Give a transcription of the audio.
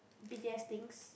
b_t_s things